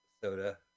soda